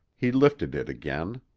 he lifted it again.